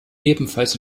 ebenfalls